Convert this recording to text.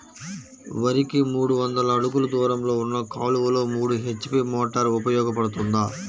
వరికి మూడు వందల అడుగులు దూరంలో ఉన్న కాలువలో మూడు హెచ్.పీ మోటార్ ఉపయోగపడుతుందా?